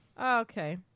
Okay